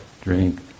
drink